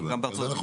גם בארה"ב.